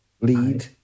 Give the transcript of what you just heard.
Lead